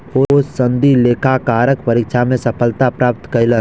ओ सनदी लेखाकारक परीक्षा मे सफलता प्राप्त कयलैन